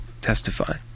testify